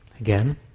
again